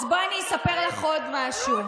אז בואי אני אספר לך עוד משהו.